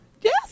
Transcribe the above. Yes